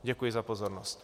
Děkuji za pozornost.